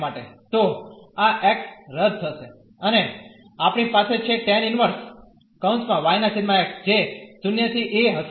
તો આ x રદ થશે અને આપણી પાસે છે tan−1 y x જે 0 ¿ a હશે